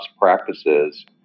practices